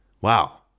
Wow